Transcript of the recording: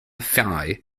phi